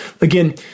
Again